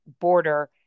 border